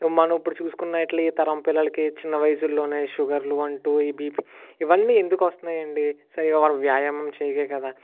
మనం ఇప్పుడు చూసుకున్నట్లు ఈ తరం పిల్లలకు చిన్న వయస్సులోనే షుగర్లు అంటూ ఈ బీపీ ఇవన్నీ ఎందుకు వస్తున్నాయండి సరిగా వాళ్ళు వ్యాయామం చేయకే కదా